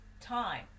time